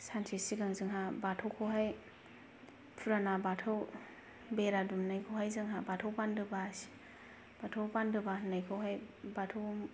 सानसे सिगां जोंहा बाथौखौहाय पुराना बाथौ बेरा दुमनायखौहाय जोंहा बाथौ बान्दोबास बाथौ बान्दोबा होननायखौहाय बाथौ